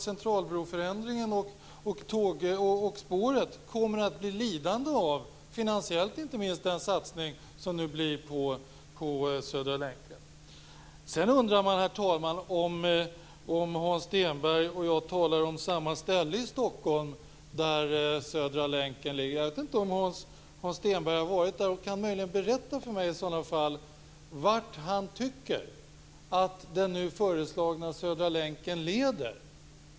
Centralbroförändringarna och spåret kommer att bli lidande - inte minst finansiellt - av den satsning som nu skall ske på Herr talman! Sedan undrar man om Hans Stenberg och jag talar om samma ställe i Stockholm där Södra länken skall ligga. Jag vet inte om Hans Stenberg har varit där. I så fall kan han kanske berätta för mig vart den föreslagna Södra länken leder.